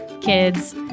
kids